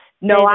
No